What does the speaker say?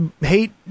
hate